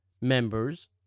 members